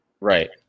Right